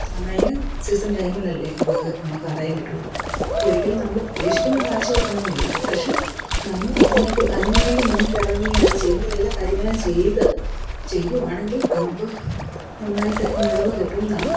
കാരണം അതിന് സീസൺ ടൈമിലല്ലേ ഇതൊക്കെ നമുക്ക് ആദായം കിട്ടുള്ളൂ അപ്പോൾ ഒരിക്കലും നമ്മൾ പ്രതീക്ഷിക്കുന്ന കാശ് കിട്ടണമെന്നില്ല പക്ഷേ നമ്മൾ അതിനേക്കു അതിനു വേണ്ടി മുന്നിട്ടിറങ്ങി അതിന് ചെയ്യേണ്ടതെല്ലാ കാര്യങ്ങളും ചെയ്ത് ചെയ്യുകയാണെങ്കിൽ നമ്മൾക്ക് നന്നായിട്ട് തിനുള്ളത് കിട്ടും എന്നാണ്